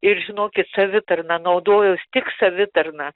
ir žinokit savitarna naudojuos tik savitarna